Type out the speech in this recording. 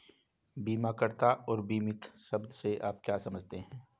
बीमाकर्ता और बीमित शब्द से आप क्या समझते हैं?